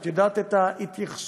את יודעת את ההתייחסות